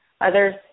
Others